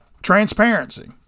Transparency